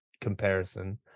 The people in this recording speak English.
comparison